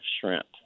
shrimp